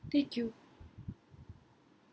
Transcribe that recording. thank you